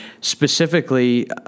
specifically